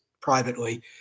privately